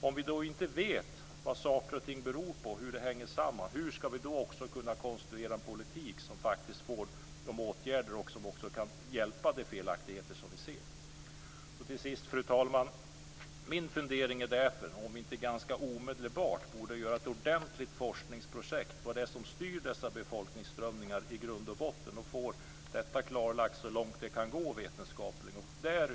Om vi inte vet vad saker och ting beror på och hur de hänger samman, hur ska vi då kunna konstruera en politik som leder till åtgärder som kan avhjälpa de felaktigheter som vi ser? Fru talman! Till sist: Min fundering är därför att man ganska omedelbart borde genomföra ett ordentligt forskningsprojekt om vad det är som i grund och botten styr dessa befolkningsströmningar så att detta blir klarlagt så långt det går vetenskapligt.